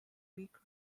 weak